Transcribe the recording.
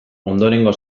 ondorengo